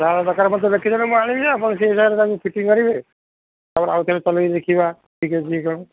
ଯାହା ଦରକାର ମତେ ଲେଖିଦେଲେ ମୁଁ ଆଣିବି ଆଉ ଆପଣ ସେଇ ହିସାବରେ ତାକୁ ଫିଟିଂ କରିବେ ତା'ପରେ ଆଉଥରେ ଚଲେଇକି ଦେଖିବା ଠିକ୍ ଅଛି କି କ'ଣ